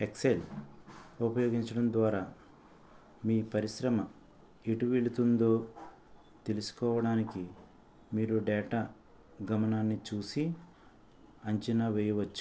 XL ఉపయోగించడం ద్వారా మీ పరిశ్రమ ఎటు వెళుతోందో తెలుసుకోవడానికి మీరు డేటా గమనాన్ని చూసి అంచనా చేయవచ్చు